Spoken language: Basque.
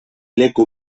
leku